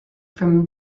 from